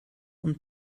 und